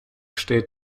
steht